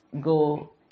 Go